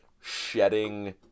shedding